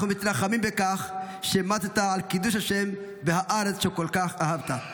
אנחנו מתנחמים בכך שמתת על קידוש השם והארץ שכל כך אהבת.